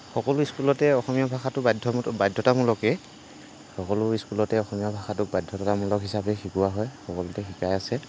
সকলো স্কুলতে অসমীয়া ভাষাটো বাধ্যমত বাধ্যতামূলকেই সকলো স্কুলতে অসমীয়া ভাষাটোক বাধ্যতামূলক হিচাপে শিকোৱা হয় সকলোতে শিকাই আছে